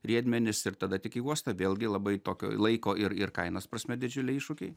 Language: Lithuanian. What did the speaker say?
riedmenis ir tada tik į uostą vėlgi labai tokio laiko ir ir kainos prasme didžiuliai iššūkiai